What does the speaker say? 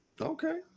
Okay